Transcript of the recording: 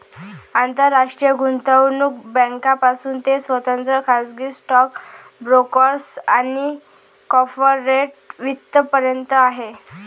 आंतरराष्ट्रीय गुंतवणूक बँकांपासून ते स्वतंत्र खाजगी स्टॉक ब्रोकर्स आणि कॉर्पोरेट वित्त पर्यंत आहे